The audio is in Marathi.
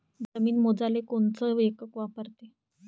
जमीन मोजाले कोनचं एकक वापरते?